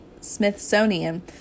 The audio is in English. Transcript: Smithsonian